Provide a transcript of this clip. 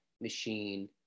machine